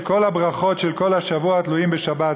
שכל הברכות של כל השבוע תלויות בשבת,